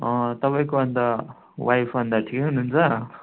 तपाईँको अन्त वाइफ अन्त ठिकै हुनु हुन्छ